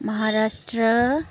Maharashtra